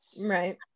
right